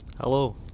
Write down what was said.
Hello